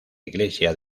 iglesia